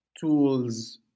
tools